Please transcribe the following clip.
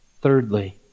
Thirdly